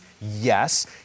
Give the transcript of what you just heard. Yes